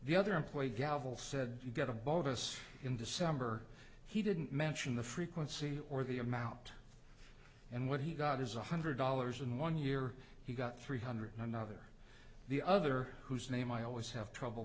the other employed gavel said you get a bogus in december he didn't mention the frequency or the amount and what he got is one hundred dollars in one year he got three hundred nine other the other whose name i always have trouble